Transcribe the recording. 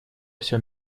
всё